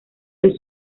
los